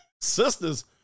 Sisters